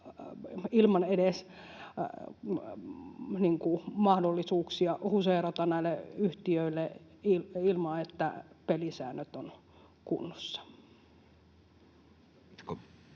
edes mahdollisuuksia huseerata ilman, että pelisäännöt ovat kunnossa.